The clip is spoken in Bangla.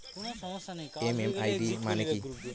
এম.এম.আই.ডি মানে কি?